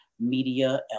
Media